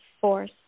force